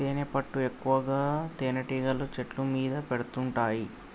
తేనెపట్టు ఎక్కువగా తేనెటీగలు చెట్ల మీద పెడుతుంటాయి